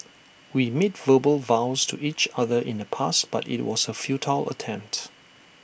we made verbal vows to each other in the past but IT was A futile attempt